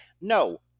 No